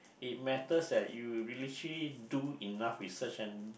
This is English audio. it matters that you you literally do enough research and